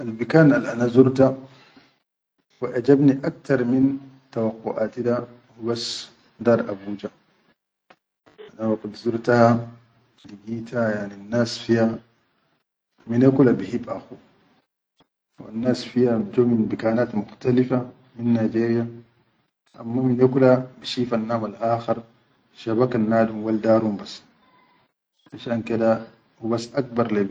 Albikan al ana zurta wa ejabni aktar min tawaqquaʼati da hubas daar Abuja, ana waqit zurtaha ligita yani annas fiya mine kula bihib akhu, annas fiya jo min bikanat mukhtalifa min Nigeria amma mine kula bishifannam al-khar shaba kan nadrum wal darum bas, fishan keda hubasaktar.